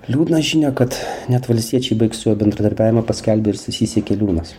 liūdna žinią kad net valstiečiai baigs su juo bendradarbiavimą paskelbė ir stasys jakeliūnas